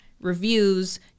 reviews